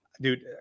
dude